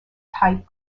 type